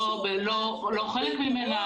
לא חלק ממנה,